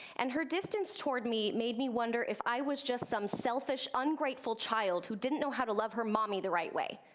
and her distance toward me made me wonder if i was just some selfish, ungrateful child who didn't know how to love her mommy the right way.